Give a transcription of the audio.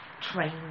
train